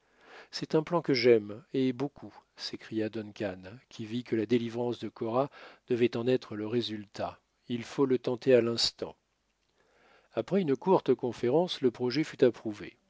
c'est un plan que j'aime et beaucoup s'écria duncan qui vit que la délivrance de cora devait en être le résultat il faut le tenter à l'instant après une courte conférence le projet fut approuvé